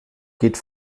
geht